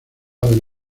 del